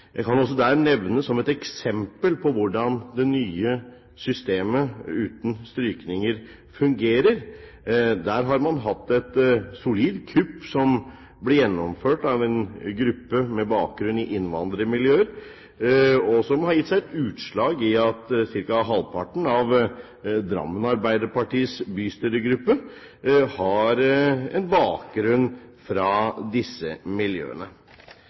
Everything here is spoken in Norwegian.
Jeg kan da nevne et eksempel på hvordan det nye systemet uten strykninger fungerer. Der har man hatt et solid kupp som ble gjennomført av en gruppe med bakgrunn i innvandrermiljøer, og som har gitt seg utslag i at ca. halvparten av Drammen Arbeiderpartis bystyregruppe har bakgrunn fra disse miljøene.